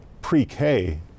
pre-K